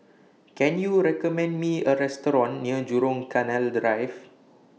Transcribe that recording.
Can YOU recommend Me A Restaurant near Jurong Canal Drive